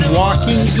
walking